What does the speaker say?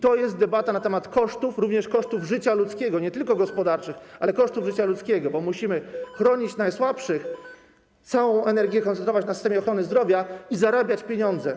To jest debata na temat kosztów, również kosztów życia ludzkiego, nie tylko gospodarczych, ale kosztów życia ludzkiego, bo musimy chronić najsłabszych, całą energię koncentrować na systemie ochrony zdrowia i zarabiać pieniądze.